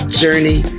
journey